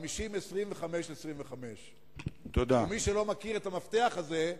50, 25, 25. מי שלא מכיר את המפתח הזה,